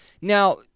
Now